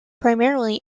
primarily